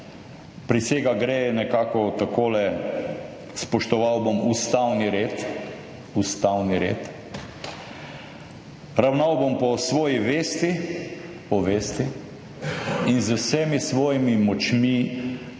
Prisega gre nekako takole; »Spoštoval bom ustavni red, - ustavni red -, ravnal bom po svoji vesti, - po vesti - in z vsemi svojimi močmi deloval